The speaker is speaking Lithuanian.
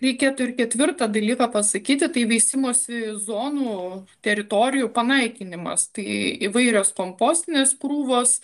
reikėtų ir ketvirtą dalyką pasakyti tai veisimosi zonų teritorijų panaikinimas tai įvairios kompostinės krūvos